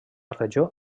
regió